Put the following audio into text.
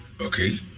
Okay